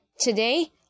Today